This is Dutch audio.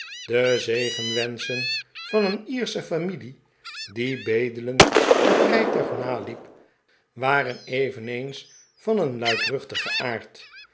de zegenwenschen van een lersche familie die bedelend het rijtuig naliep waren eveneens van een luidruchtigen aard